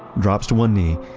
drops to one knee,